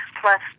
Plus